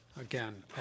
Again